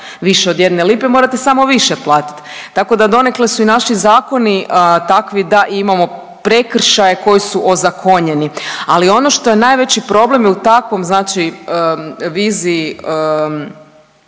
više od jedne lipe, morate samo više platit. Tako da donekle su i naši zakoni takvi da imamo prekršaje koji su ozakonjeni. Ali ono što je najveći problem je u takvom viziji